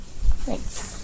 Thanks